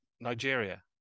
Nigeria